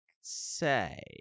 say